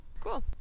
cool